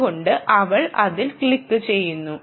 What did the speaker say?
അതുകൊണ്ട് അവൾ അതിൽ ക്ലിക്കുചെയ്യുന്നു